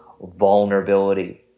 vulnerability